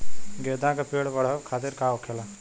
गेंदा का पेड़ बढ़अब खातिर का होखेला?